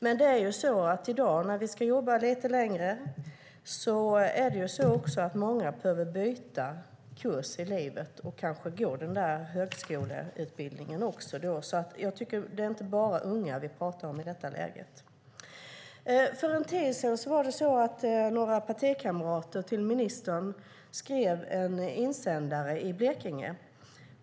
Men i dag, när vi ska jobba lite längre, behöver många byta kurs i livet och kanske gå en högskoleutbildning. Det är alltså inte bara unga som vi pratar om i detta läge. För en tid sedan skrev några partikamrater till ministern en insändare i Blekinge.